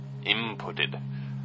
inputted